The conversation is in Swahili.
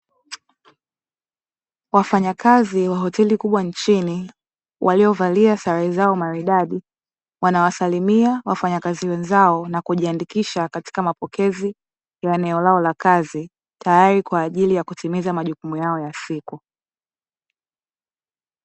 Wafanyakazi wa hoteli kubwa nchini waliovalia sare zao maridadi wanawasalimia wafanyakazi wenzao na kujiandikisha katika mapokezi ya eneo lao la kazi, tayari kwa ajili ya kutimiza majukumu yao ya siku.